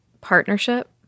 partnership